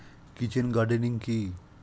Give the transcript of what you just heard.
Kitchen gardening কি?